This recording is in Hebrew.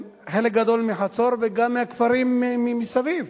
חלק גדול מחצור וגם מהכפרים מסביב,